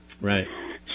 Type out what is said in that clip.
Right